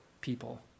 people